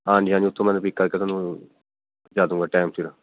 ਹਾਂਜੀ ਹਾਂਜੀ ਉੱਥੋਂ ਮੈਂ ਨਾ ਪਿਕ ਕਰਕੇ ਤੁਹਾਨੂੰ ਪੁਜਾ ਦੂੰਗਾ ਟਾਈਮ ਸਿਰ